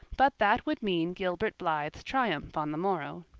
but that would mean gilbert blythe's triumph on the morrow.